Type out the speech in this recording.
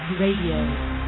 Radio